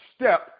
step